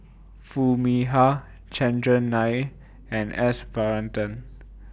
Foo Mee Har Chandran Nair and S Varathan